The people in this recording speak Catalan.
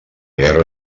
guerra